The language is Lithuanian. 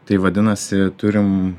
tai vadinasi turim